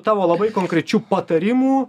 tavo labai konkrečių patarimų